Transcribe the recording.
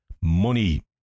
money